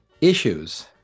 issues